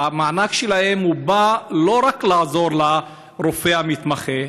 המענק שלהם בא לא רק לעזור לרופא המתמחה,